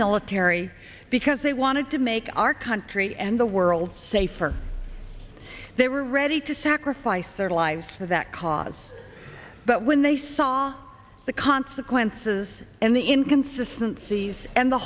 military because they wanted to make our country and the world safer they were ready to sacrifice their lives for that cause but when they saw the consequences and the inconsistent seas and the